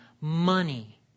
money